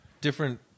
different